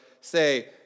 say